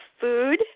food